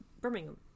Birmingham